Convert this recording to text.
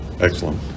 Excellent